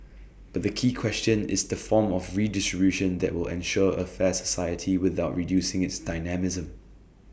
but the key question is the form of redistribution that will ensure A fair society without reducing its dynamism